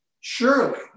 Surely